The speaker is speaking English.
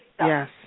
Yes